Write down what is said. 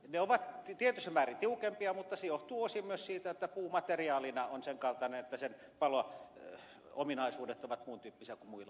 ne ovat tietyssä määrin tiukempia mutta se johtuu osin myös siitä että puu materiaalina on sen kaltainen että sen palo ominaisuudet ovat muun tyyppisiä kuin muilla